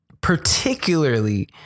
particularly